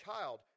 child